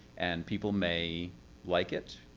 and people may like it.